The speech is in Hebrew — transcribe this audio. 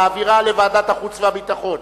להעבירה לוועדת החוץ והביטחון,